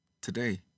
Today